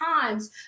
times